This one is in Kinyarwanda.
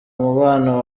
umubano